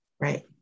Right